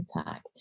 attack